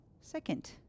second